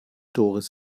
doris